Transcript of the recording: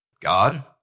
God